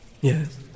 Yes